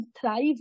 thrive